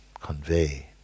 convey